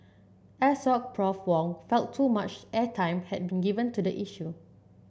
Assoc Prof Wong felt too much airtime had been given to the issue